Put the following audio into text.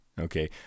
Okay